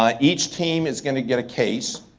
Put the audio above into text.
um each team is gonna get a case.